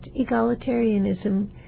egalitarianism